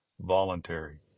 voluntary